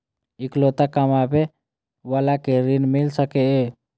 इकलोता कमाबे बाला के ऋण मिल सके ये?